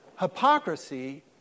Hypocrisy